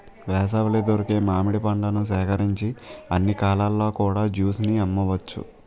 వేసవిలో దొరికే మామిడి పండ్లను సేకరించి అన్ని కాలాల్లో కూడా జ్యూస్ ని అమ్మవచ్చు